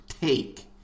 take